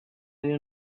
you